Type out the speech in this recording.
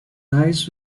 eyes